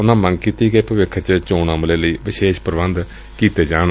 ਉਨੂਂ ਮੰਗ ਕੀਤੀ ਕਿ ਭਵਿੱਖ ਚ ਚੋਣ ਅਮਲੇ ਲਈ ਵਿਸ਼ੇਸ਼ ਪ੍ਰਬੰਧ ਕੀਤੇ ਜਾਣ